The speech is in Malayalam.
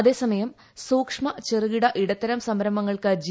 അതേസമയം സൂക്ഷ്മ ചെറുകിട ഇടത്തരം സുംര്യംഭങ്ങൾക്ക് ജി